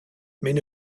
mais